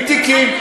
עם תיקים.